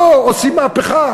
לא, עושים מהפכה.